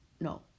no